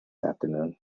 afternoon